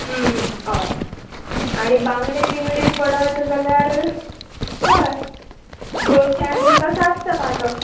हय आनी बांगडे बिंगडे पडत जाल्यार हय दोनशान बीन तसो आसता पाटो